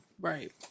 Right